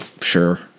sure